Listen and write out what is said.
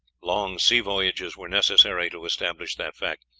long sea-voyages were necessary to establish that fact,